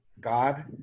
God